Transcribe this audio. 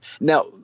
Now